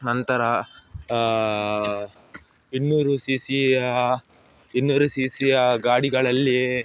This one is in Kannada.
ನಂತರ ಇನ್ನೂರು ಸಿ ಸಿಯ ಇನ್ನೂರು ಸಿ ಸಿಯ ಗಾಡಿಗಳಲ್ಲಿ